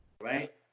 right